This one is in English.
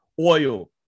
oil